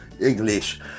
English